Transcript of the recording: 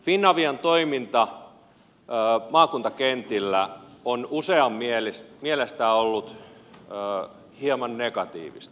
finavian toiminta maakuntakentillä on useiden mielestä ollut hieman negatiivista